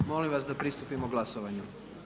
Molim vas da pristupimo glasovanju.